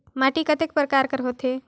माटी कतेक परकार कर होथे?